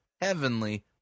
Heavenly